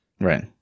Right